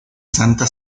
santa